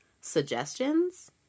Suggestions